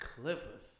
Clippers